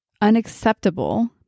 unacceptable